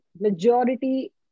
majority